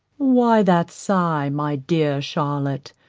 why that sigh, my dear charlotte?